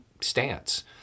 stance